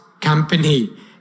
company